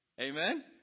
Amen